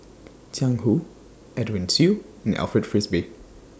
Jiang Hu Edwin Siew and Alfred Frisby